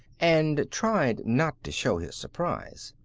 and tried not to show his surprise.